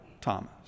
Thomas